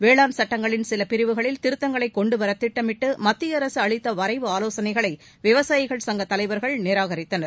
வேளாண் சுட்டங்களின் சில பிரிவுகளில் திருத்தங்களை கொண்டு வர திட்டமிட்டு மத்திய அரசு அளித்த வரைவு ஆலோசனைகளை விவசாயிகள் சங்க தலைவர்கள் நிராகரித்தனர்